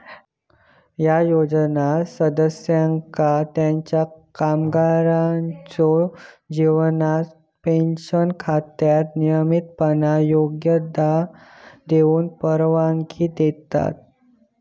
ह्या योजना सदस्यांका त्यांच्यो कामकाजाच्यो जीवनात पेन्शन खात्यात नियमितपणान योगदान देऊची परवानगी देतत